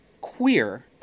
queer